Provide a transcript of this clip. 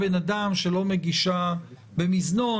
שלא מגישה במזנון,